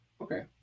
okay